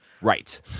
Right